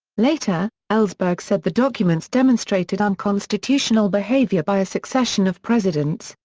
later, ellsberg said the documents demonstrated unconstitutional behavior by a succession of presidents,